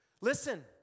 Listen